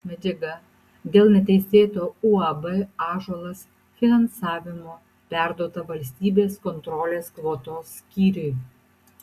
medžiaga dėl neteisėto uab ąžuolas finansavimo perduota valstybės kontrolės kvotos skyriui